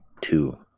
two